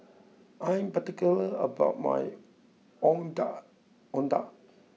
I am particular about my Ondeh Ondeh